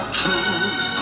truth